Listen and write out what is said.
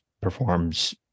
performs